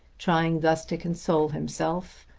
trying thus to console himself,